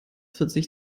vierzig